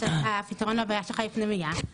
הפתרון לבעיה שלך היא פנימייה.